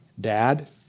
Dad